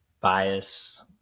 bias